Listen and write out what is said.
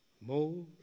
more